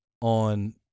on